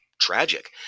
tragic